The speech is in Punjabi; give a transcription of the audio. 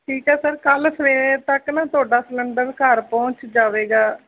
ਠੀਕ ਹੈ ਸਰ ਕੱਲ੍ਹ ਸਵੇਰ ਤੱਕ ਨਾ ਤੁਹਾਡਾ ਸਿਲੰਡਰ ਘਰ ਪਹੁੰਚ ਜਾਵੇਗਾ